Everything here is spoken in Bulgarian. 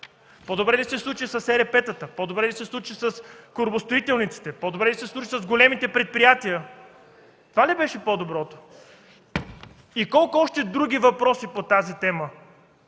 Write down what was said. По-добре ли се случи с ЕРП-тата, по-добре ли се случи с корабостроителниците, по-добре ли се случи с големите предприятия? Това ли беше по-доброто?! И колко още други въпроси има по тази тема?!